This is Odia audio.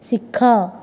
ଶିଖ